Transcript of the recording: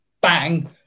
Bang